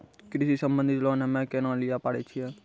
कृषि संबंधित लोन हम्मय केना लिये पारे छियै?